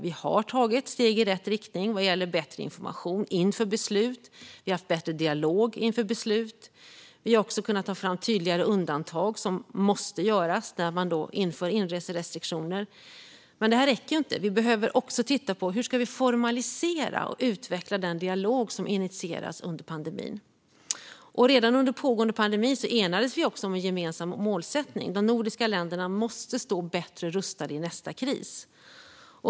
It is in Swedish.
Vi har tagit steg i rätt riktning vad gäller bättre information inför beslut. Vi har haft bättre dialog inför beslut. Vi har också kunnat ta fram tydligare undantag som måste göras när man inför inreserestriktioner. Men det räcker inte. Vi behöver också titta på hur vi ska formalisera och utveckla den dialog som initierades under pandemin. Redan under pågående pandemi enades vi om en gemensam målsättning: De nordiska länderna måste stå bättre rustade i nästa kris.